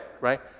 right